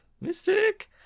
Mystic